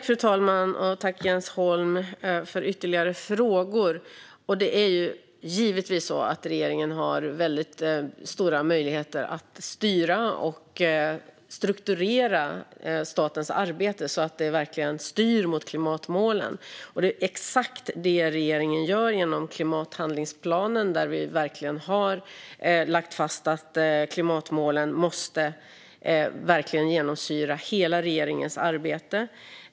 Fru talman! Tack, Jens Holm, för ytterligare frågor! Regeringen har givetvis väldigt stora möjligheter att styra och strukturera statens arbete så att det verkligen styr mot klimatmålen. Det är exakt det regeringen gör genom klimathandlingsplanen. Där har vi verkligen lagt fast att klimatmålen måste genomsyra hela regeringens arbete.